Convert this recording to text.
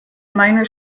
minor